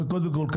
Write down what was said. זה קודם כל.